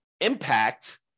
impact